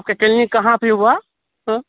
آپ کے کلینک کہاں پہ ہوا